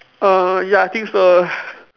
err ya I think so